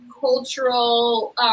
cultural